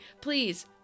please